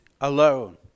alone